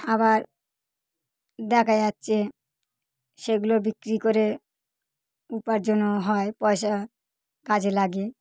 আবার দেখা যাচ্ছে সেগুলো বিক্রি করে উপার্জনও হয় পয়সা কাজে লাগে